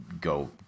go